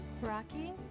Rocky